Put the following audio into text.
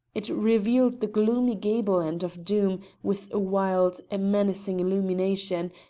it revealed the gloomy gable-end of doom with a wild, a menacing illumination,